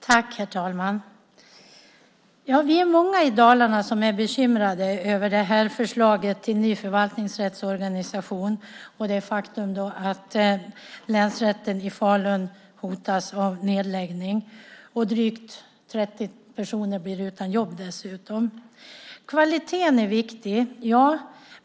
Herr talman! Vi är många i Dalarna som är bekymrade över förslaget till ny förvaltningsrättsorganisation och det faktum att länsrätten i Falun hotas av nedläggning. Drygt 30 personer blir dessutom utan jobb. Kvaliteten är viktig, ja.